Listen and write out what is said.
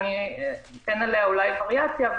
ואתן עליה אולי וריאציה.